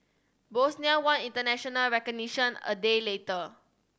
Bosnia won international recognition a day later